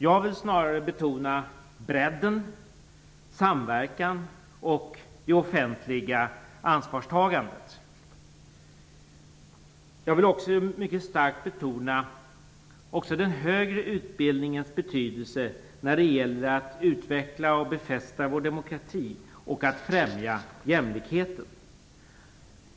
Jag vill snarare betona bredden, samverkan och det offentliga ansvarstagandet. Jag vill också mycket starkt betona även den högre utbildningens betydelse när det gäller att utveckla och befästa vår demokrati och att främja jämlikheten.